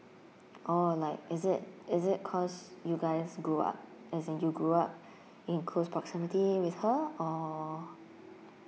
oh like is it is it cause you guys grew up as in you grew up in close proximity with her or